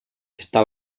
está